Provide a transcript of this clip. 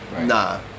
Nah